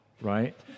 right